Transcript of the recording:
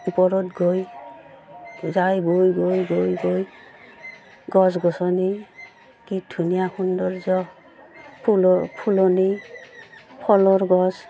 ওপৰত গৈ যাই গৈ গৈ গৈ গৈ গছ গছনি কি ধুনীয়া সৌন্দৰ্য ফুলৰ ফুলনি ফলৰ গছ